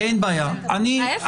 אין בעיה --- להיפך.